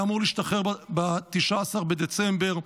הוא היה אמור להשתחרר ב-19 בדצמבר.